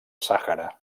sàhara